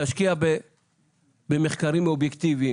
תשקיע במחקרים אובייקטיבים,